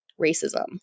racism